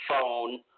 phone